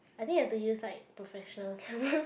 I think you have to use like professional camera